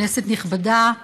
כנסת נכבדה,